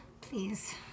please